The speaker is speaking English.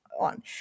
on